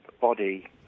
body